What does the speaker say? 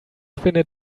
findet